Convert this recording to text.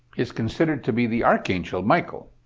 is considered to be the archangel michael.